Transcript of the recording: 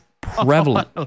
prevalent